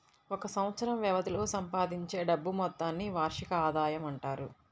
ఒక సంవత్సరం వ్యవధిలో సంపాదించే డబ్బు మొత్తాన్ని వార్షిక ఆదాయం అంటారు